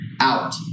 out